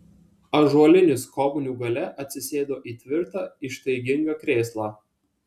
ąžuolinių skobnių gale atsisėdo į tvirtą ištaigingą krėslą